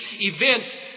events